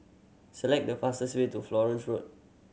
select the fastest way to Florence Road